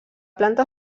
planta